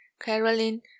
Caroline